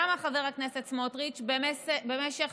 למה, חבר הכנסת סמוֹטריץ', במשך